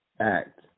act